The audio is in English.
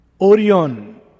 Orion